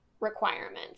requirements